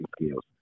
skills